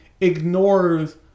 ignores